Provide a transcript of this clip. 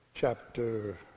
Chapter